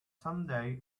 someday